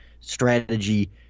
strategy